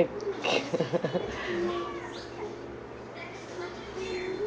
mm